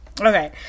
okay